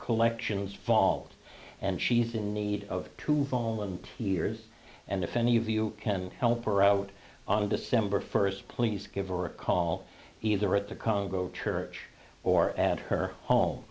collections fault and she's in need of two volunteers and if any of you can help her out on december first please give her a call either at the congo church or at her home